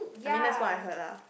I mean that's what I heard lah